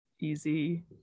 easy